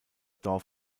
dorf